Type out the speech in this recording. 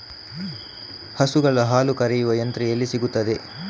ಹಸುಗಳ ಹಾಲು ಕರೆಯುವ ಯಂತ್ರ ಎಲ್ಲಿ ಸಿಗುತ್ತದೆ?